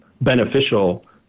beneficial